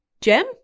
Gem